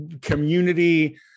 community